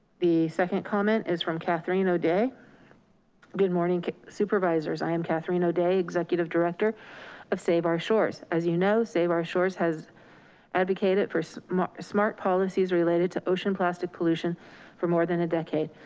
the second comment is from catherine o'day good morning supervisors. i am catherine o'day executive director of save our shores. as you know, save our shores has advocated for smart smart policies related to ocean plastic pollution for more than a decade.